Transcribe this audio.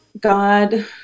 God